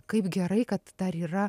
kaip gerai kad dar yra